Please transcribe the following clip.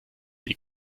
die